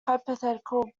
hypothetical